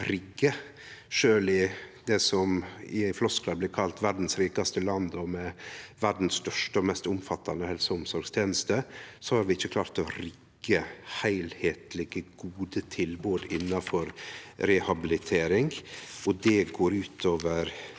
sjølv i det som i flosklar blir kalla verdas rikaste land, og med verdas største og mest omfattande helse- og omsorgstenester – klart å rigge heilskaplege, gode tilbod innanfor rehabilitering. Det går ut over